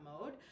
mode